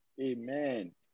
Amen